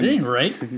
right